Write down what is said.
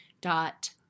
dot